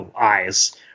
eyes